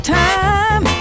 time